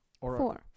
Four